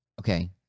Okay